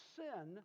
sin